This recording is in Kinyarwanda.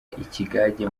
ikigage